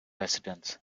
residents